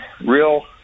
real